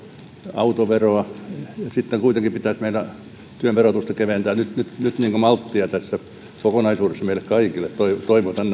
autoveroa ja sitten kuitenkin pitäisi meidän työn verotusta keventää nyt nyt malttia tässä kokonaisuudessa meille kaikille toivotan